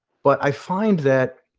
but i find that,